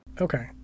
Okay